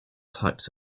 types